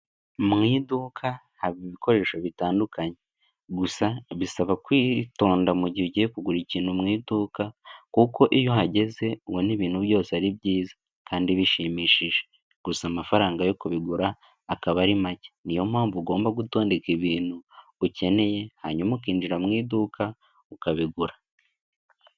Mu iduka haba ibikoresho bitandukanye, gusa bisaba kwitonda mu gihe ugiye kugura ikintu mu iduka, kuko iyo uhageze ubona ibintu byose ari byiza kandi bishimishije, gusa amafaranga yo kubigura akaba ari make, ni yo mpamvu ugomba gutondeka ibintu ukeneye hanyuma ukinjira mu iduka ukabigura.